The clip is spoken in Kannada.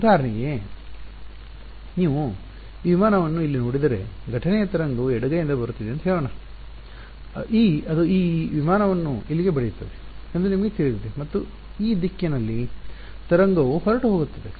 ಉದಾಹರಣೆಗೆ ನೀವು ಈ ವಿಮಾನವನ್ನು ಇಲ್ಲಿ ನೋಡಿದರೆ ಘಟನೆಯ ತರಂಗವು ಎಡಗೈಯಿಂದ ಬರುತ್ತಿದೆ ಎಂದು ಹೇಳೋಣ ಅದು ಈ ವಿಮಾನವನ್ನು ಇಲ್ಲಿಗೆ ಬಡಿಯುತ್ತದೆ ಎಂದು ನಿಮಗೆ ತಿಳಿದಿದೆ ಮತ್ತು ಈ ದಿಕ್ಕಿನಲ್ಲಿ ತರಂಗವು ಹೊರಟು ಹೋಗುತ್ತದೆ